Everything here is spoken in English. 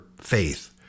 faith